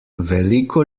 veliko